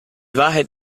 wahrheit